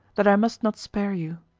that i must not spare you!